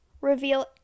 reveal